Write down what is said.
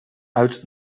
uit